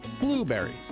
blueberries